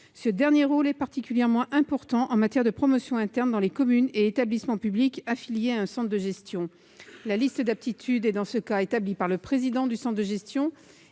Ce rôle est particulièrement important en matière de promotion interne dans les communes et établissements publics affiliés à un centre de gestion. La liste d'aptitude est, dans ce cas, établie par le président du centre de gestion,